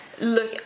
Look